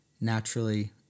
naturally